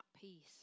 peace